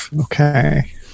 Okay